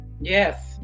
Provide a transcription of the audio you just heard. Yes